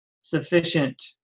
sufficient